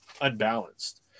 unbalanced